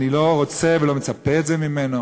אני לא רוצה ולא מצפה לזה ממנו,